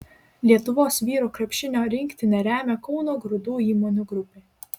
lietuvos vyrų krepšinio rinktinę remia kauno grūdų įmonių grupė